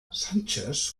sánchez